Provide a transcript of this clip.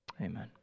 amen